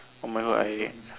oh my god I